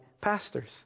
pastors